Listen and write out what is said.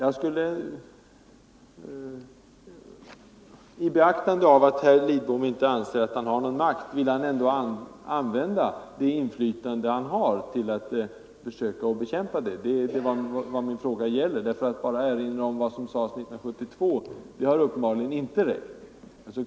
I beaktande av att herr Lidbom inte anser att han har någon makt vill jag ändå be honom använda det inflytande han har till att försöka bekämpa det obegripliga språkbruket. Det som sades 1972 har uppenbarligen inte räckt.